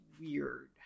weird